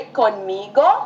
conmigo